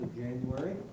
January